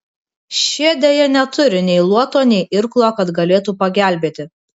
šie deja neturi nei luoto nei irklo kad galėtų pagelbėti